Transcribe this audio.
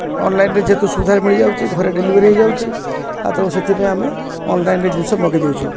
ଅନଲାଇନରେ ଯେହେତୁ ସୁବିଧାରେ ମିଳିଯାଉଛି ଘରେ ଡେଲିଭରି ହେଇଯାଉଛି ଆଉ ତେଣୁ ସେଥିପାଇଁ ଆମେ ଅନଲାଇନ୍ରେ ଜିନିଷ ମଗେଇ ଦେଉଛୁ